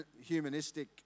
humanistic